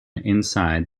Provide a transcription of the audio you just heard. inside